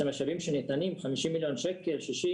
שהמשאבים שניתנים, 50 מיליון שקל, 60,